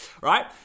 right